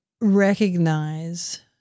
recognize